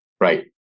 Right